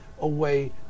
away